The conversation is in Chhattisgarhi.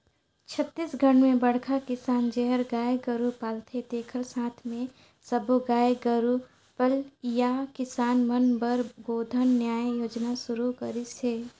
छत्तीसगढ़ में बड़खा किसान जेहर गाय गोरू पालथे तेखर साथ मे सब्बो गाय गोरू पलइया किसान मन बर गोधन न्याय योजना सुरू करिस हे